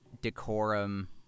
decorum